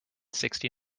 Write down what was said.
sixty